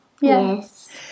Yes